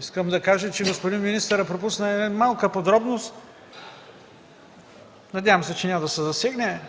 Искам да кажа, че господин министърът пропусна една малка подробност. Надявам се, че няма да се засегне.